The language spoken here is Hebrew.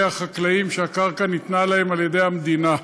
החקלאים שהקרקע ניתנה להם על-ידי המדינה.